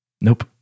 Nope